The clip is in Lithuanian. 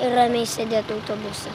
ramiai sėdėt autobuse